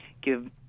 give